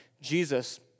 Jesus